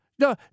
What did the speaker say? No